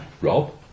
Rob